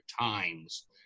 times